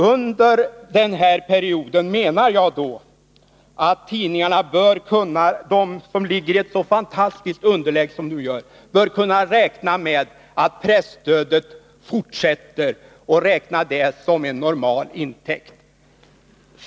Under den här perioden menar jag att de tidningar som ligger i ett påtagligt underläge bör kunna utgå från att presstödet fortsätter och räkna det som en normal intäkt.